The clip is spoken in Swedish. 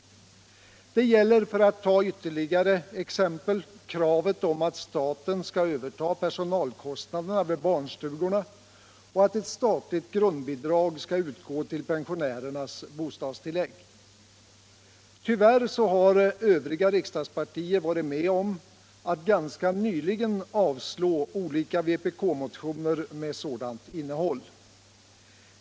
Det gäller, för att ta ytterligare exempel, kravet på att staten skall överta personalkostnaderna vid barnstugorna och att ett statligt grundbidrag skall utgå till pensionärernas bostadstillägg. Tyvärr har övriga riksdagspartier ganska nyligen varit med om att avslå olika vpk-motioner med sådant innehåll.